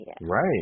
Right